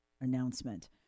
announcement